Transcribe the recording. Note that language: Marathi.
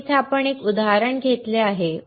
तर येथे आपण एक उदाहरण घेतले आहे